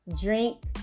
drink